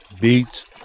beets